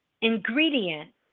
ingredient